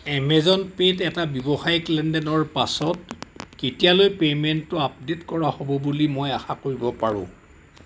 Amazon পে'ত এটা ব্যৱসায়িক লেনদেনৰ পাছত কেতিয়ালৈ পে'মেণ্টটো আপডেট কৰা হ'ব বুলি মই আশা কৰিব পাৰোঁ